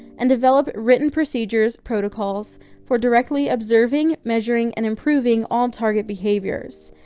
and develop written procedures protocols for directly observing, measuring, and improving all target behaviors.